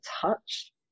touch